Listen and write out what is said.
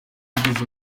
ubwiza